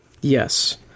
Yes